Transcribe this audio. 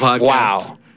Wow